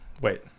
Wait